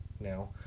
Now